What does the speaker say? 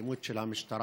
האלימות של המשטרה